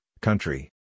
country